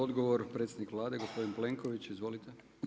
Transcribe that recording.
Odgovor predsjednik Vlade, gospodin Plenković, izvolite.